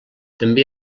també